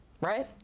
Right